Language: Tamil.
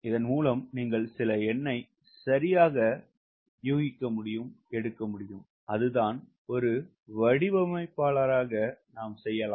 இதன் மூலம் நீங்கள் சில எண்ணை சரியாக எடுக்க முடியும் அதுதான் வடிவமைப்பாளர்கள் செய்வார்கள்